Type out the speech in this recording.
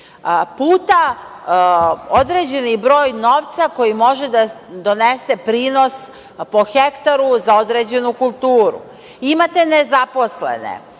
puta određeni broj novca koji može da donese prinos po hektaru za određenu kulturu. Imate nezaposlene,